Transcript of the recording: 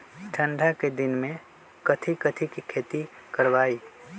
ठंडा के दिन में कथी कथी की खेती करवाई?